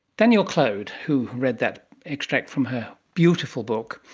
danielle clode, who read that extract from her beautiful book,